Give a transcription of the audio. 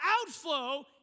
outflow